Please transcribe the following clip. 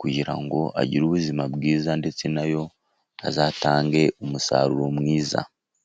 ,kugira ngo agire ubuzima bwiza, ndetse na yo azatange umusaruro mwiza.